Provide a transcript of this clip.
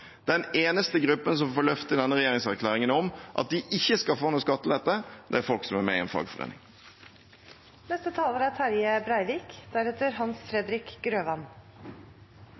Den eneste gruppen som i denne regjeringserklæringen får løfte om at de ikke skal få noe skattelette, er folk som er med i en fagforening.